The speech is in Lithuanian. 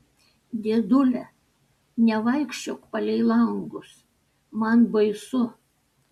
dėdule nevaikščiok palei langus man baisu